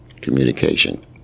communication